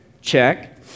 Check